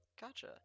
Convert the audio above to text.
Gotcha